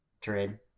trade